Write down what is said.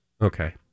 Okay